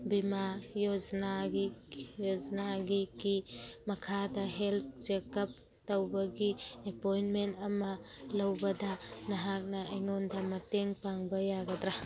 ꯚꯤꯃꯥ ꯌꯣꯖꯅꯥꯒꯤ ꯌꯣꯖꯅꯥꯒꯤ ꯀꯤ ꯃꯈꯥꯗ ꯍꯦꯜꯊ ꯆꯦꯛ ꯎꯞ ꯇꯧꯕꯒꯤ ꯑꯦꯄꯣꯏꯟꯃꯦꯟ ꯑꯃ ꯂꯧꯕꯗ ꯅꯍꯥꯛꯅ ꯑꯩꯉꯣꯟꯗ ꯃꯇꯦꯡ ꯄꯥꯡꯕ ꯌꯥꯒꯗ꯭ꯔꯥ